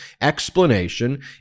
explanation